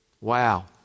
Wow